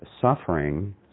suffering